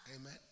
Amen